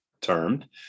termed